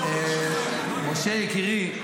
משה יקירי,